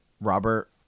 Robert